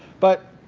but,